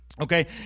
Okay